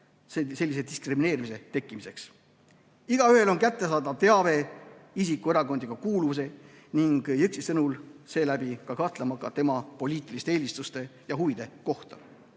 sellise diskrimineerimise tekkimiseks. Igaühele on kättesaadav teave isiku erakondliku kuuluvuse kohta ning Jõksi sõnul seeläbi kahtlemata ka tema poliitiliste eelistuste ja huvide kohta.